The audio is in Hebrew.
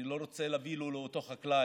אני לא רוצה להביא לו, לאותו חקלאי,